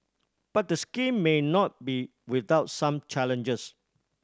but the scheme may not be without some challenges